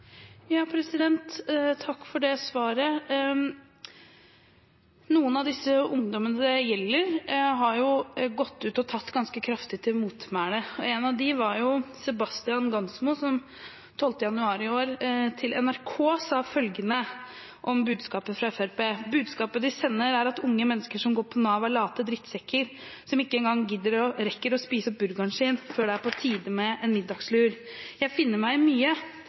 Takk for svaret. Noen av ungdommene det gjelder, har gått ut og tatt ganske kraftig til motmæle. En av dem var Sebastian Hens Gansmoe, som den 12. januar i år til NRK sa følgende om budskapet fra Fremskrittspartiet: «Budskapet de sender er at unge mennesker som går på NAV er late drittsekker som ikke engang rekker å spiser opp burgeren sin før det er på tide med en middagslur. Jeg finner meg i mye,